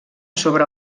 sobre